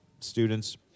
students